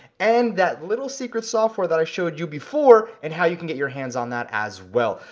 and that little secret software that i showed you before and how you can get your hands on that as well.